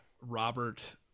Robert